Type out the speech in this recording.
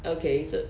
okay so